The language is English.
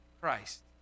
Christ